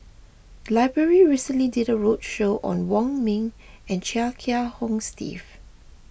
the library recently did a roadshow on Wong Ming and Chia Kiah Hong Steve